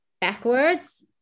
backwards